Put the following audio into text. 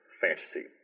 fantasy